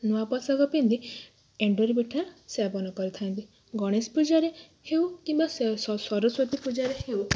ନୂଆ ପୋଷାକ ପିନ୍ଧି ଏଣ୍ଡୁରି ପିଠା ସେବନ କରିଥାନ୍ତି ଗଣେଶ ପୂଜାରେ ହେଉ କିମ୍ବା ସରସ୍ଵତୀ ପୂଜାରେ ହେଉ